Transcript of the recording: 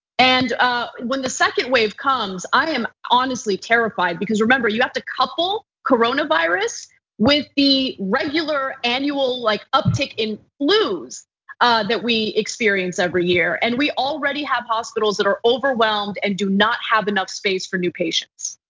and when the second wave comes, i am honestly terrified. because remember you have to couple coronavirus with the regular, annual like uptake in flus that we experience every year. and we already have hospitals that are overwhelmed and do not have enough space for new patients.